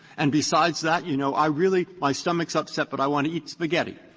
and besides that, you know, i really my stomach is upset, but i want to eat spaghetti.